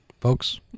Folks